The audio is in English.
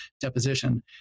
deposition